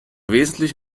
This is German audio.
wesentlich